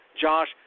Josh